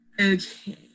Okay